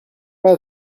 pas